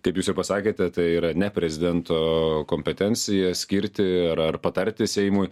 kaip jūs jau pasakėte tai yra ne prezidento kompetencija skirti ar ar patarti seimui